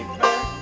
back